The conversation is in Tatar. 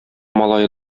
малае